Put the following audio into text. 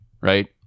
right